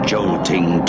Jolting